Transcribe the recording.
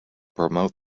promote